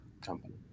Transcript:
company